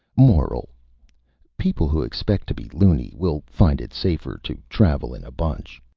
moral people who expect to be luny will find it safer to travel in a bunch.